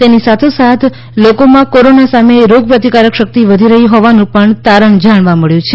તેની સાથો સાથ લોકોમાં કોરોના સામે રોગપ્રતિકારક શક્તિ વધી રહી હોવાનું પણ તારણ જણવા મળ્યું છે